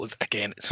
again